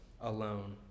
alone